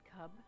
cub